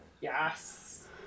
yes